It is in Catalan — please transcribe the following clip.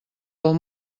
del